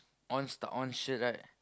on star on shirt right